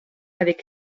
avec